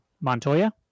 Montoya